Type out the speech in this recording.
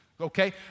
okay